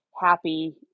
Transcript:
happy